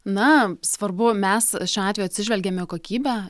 na svarbu mes šiuo atveju atsižvelgiam į kokybę